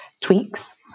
tweaks